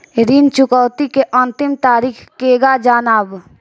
ऋण चुकौती के अंतिम तारीख केगा जानब?